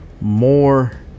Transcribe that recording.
more